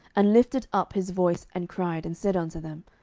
and lifted up his voice, and cried, and said unto them,